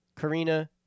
Karina